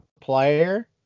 player